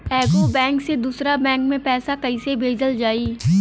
एगो बैक से दूसरा बैक मे पैसा कइसे भेजल जाई?